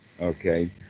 Okay